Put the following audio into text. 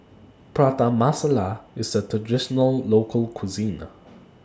Prata Masala IS A Traditional Local Cuisine